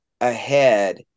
ahead